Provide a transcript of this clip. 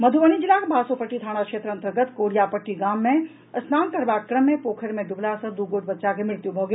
मधुबनी जिलाक बासोपट्टी थाना क्षेत्र अन्तर्गत कोरियापट्टी गाम मे स्नान करबाक क्रम मे पोखरि मे डूबला सँ दू गोट बच्चा के मृत्यु भऽ गेल